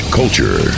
culture